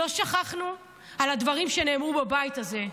לא שכחנו את הדברים שנאמרו בבית הזה.